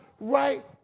right